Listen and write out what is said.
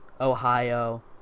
Ohio